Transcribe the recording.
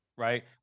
Right